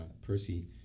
Percy